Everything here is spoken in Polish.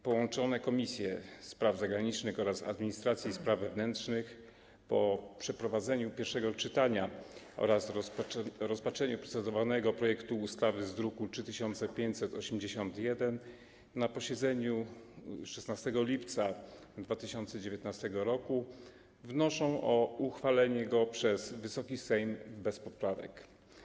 Połączone Komisje: Spraw Zagranicznych oraz Administracji i Spraw Wewnętrznych po przeprowadzeniu pierwszego czytania oraz rozpatrzeniu procedowanego projektu ustawy z druku nr 3581 na posiedzeniu 16 lipca 2019 r. wnoszą o uchwalenie go przez Wysoki Sejm bez poprawek.